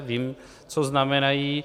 Vím, co znamenají.